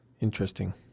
Interesting